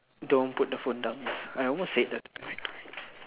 don't put the phone down I almost said that